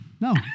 No